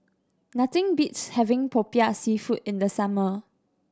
nothing beats having Popiah Seafood in the summer